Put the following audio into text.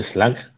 Slang